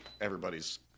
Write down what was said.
everybody's